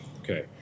Okay